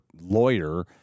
lawyer